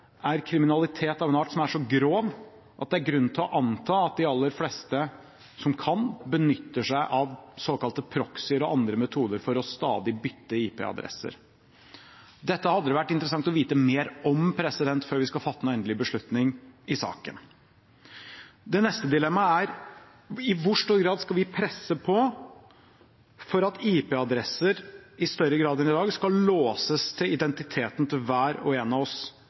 er kriminalitet av en art som er så grov at det er grunn til å anta at de aller fleste som kan, benytter seg av såkalte proxyer og andre metoder for stadig å bytte IP-adresser. Dette hadde det vært interessant å vite mer om før vi skal fatte endelig beslutning i saken. Det neste dilemmaet er: I hvor stor grad skal vi presse på for at IP-adresser i større grad enn i dag skal låses til identiteten til hver og en av oss